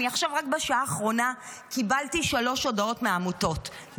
עכשיו רק בשעה האחרונה קיבלתי שלוש הודעות מעמותות,